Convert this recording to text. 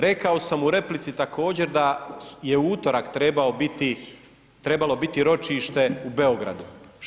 Rekao sam u replici također da je u utorak trebalo biti ročište u Beogradu.